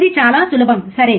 ఇది చాలా సులభం సరే